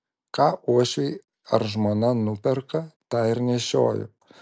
ką uošviai ar žmona nuperka tą ir nešioju